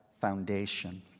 foundation